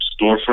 storefront